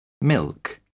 Milk